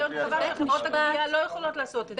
הן עושות את זה.